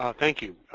ah thank you.